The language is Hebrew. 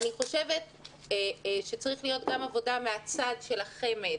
אני חושבת שצריכה להיות גם עבודה מהצד של החמ"ד